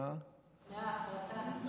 לפני ההפרטה.